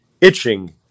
itching